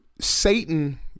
Satan